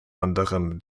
anderem